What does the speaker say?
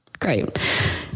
Great